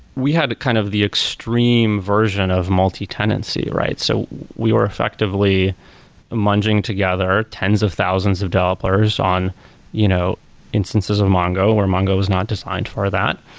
we had kind of the extreme version of multi-tenancy, right? so we were effectively munging together tens of thousands of dollars on you know instances of mongo, where mongo was not designed for that.